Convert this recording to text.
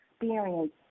experience